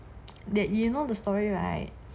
that you know the story right